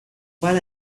while